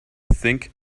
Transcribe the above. think